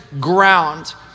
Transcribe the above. ground